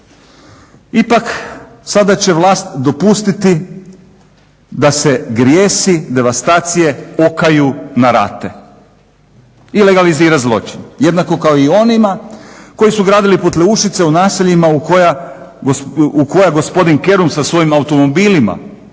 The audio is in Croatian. Ipak sada će vlast dopustiti da se grijesi devastacije okaju na rate i legalizira zločin, jednako kao i onima koji su gradili potleušice u naseljima u koja gospodin Kerum sa svojim automobilima